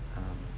um